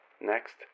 Next